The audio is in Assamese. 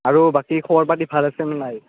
আৰু বাকী খবৰ পাতি ভাল আছেনে নাই